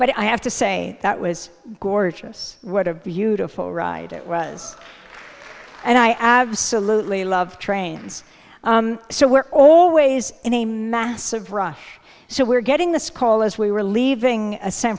but i have to say that was gorgeous what a beautiful ride it was and i absolutely love trains so we're always in a massive rush so we're getting this call as we were leaving a san